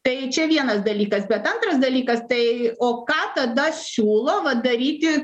tai čia vienas dalykas bet antras dalykas tai o ką tada siūlo va daryti